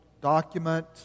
document